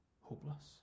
hopeless